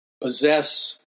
possess